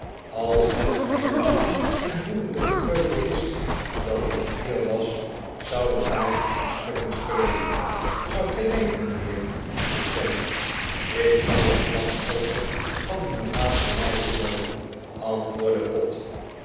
als het verblinde en woedende gepeupel wist dat ik hier was zou het mij in stukken scheuren zoudt gij denken mijnheer vroeg sam ik zou het slachtoffer van hun razernij worden antwoordde pott